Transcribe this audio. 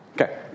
Okay